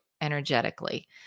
energetically